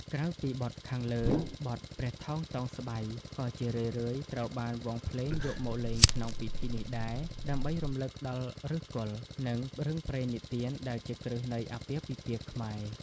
ក្រៅពីបទខាងលើ បទ ព្រះថោងតោងស្បៃ ក៏ជារឿយៗត្រូវបានវង់ភ្លេងយកមកលេងក្នុងពិធីនេះដែរ ដើម្បីរំលឹកដល់ឫសគល់ និងរឿងព្រេងនិទានដែលជាគ្រឹះនៃអាពាហ៍ពិពាហ៍ខ្មែរ។